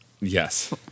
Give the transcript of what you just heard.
Yes